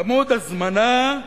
צמודה הזמנה: